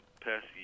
past